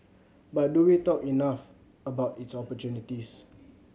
but do we talk enough about its opportunities